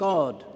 God